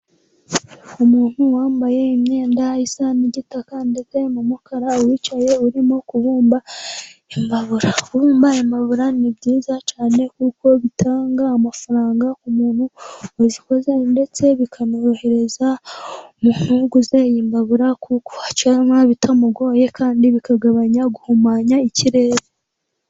Umuntu wambaye imyenda isa n'igitaka ndetse n'umukara wicaye urimo kubumba imbabura. Kubumba imbabura ni byiza cyane kuko bitanga amafaranga umuntu wazikoze ndetse bikanorohereza umuntu uguze imbabura kuko acanwa bitamugoye kandi bikagabanya guhumanya ikirere.